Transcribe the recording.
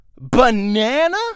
Banana